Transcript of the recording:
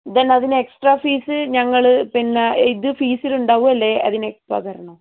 then അതിന് extra fees ഞങ്ങൾ പിന്നെ ഇത് ഫീസിൽ ഉണ്ടാകുമോ അല്ലെങ്കിൽ അതിന് എക്സ്ട്ര തരണോ